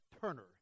Turner